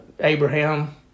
Abraham